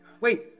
Wait